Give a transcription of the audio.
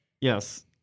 Yes